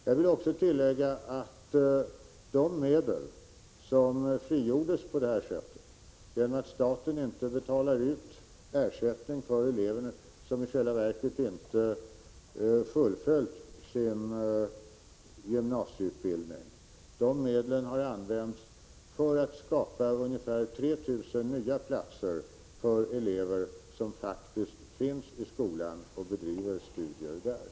Jag vill också tillägga att de medel som frigjordes på detta sätt, genom att staten inte betalar ut ersättning för elever som i själva verket inte fullföljt sin gymnasieutbildning, har använts för att skapa ungefär 3 000 nya platser för elever som faktiskt finns i skolan och bedriver studier där.